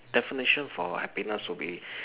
definition for happiness would be